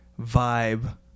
vibe